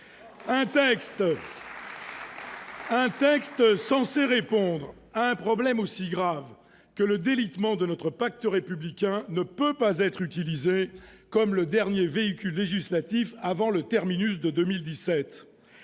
Un texte censé répondre à un problème aussi grave que celui du délitement de notre pacte républicain ne peut pas être utilisé comme le dernier véhicule législatif avant le terminus de 2017.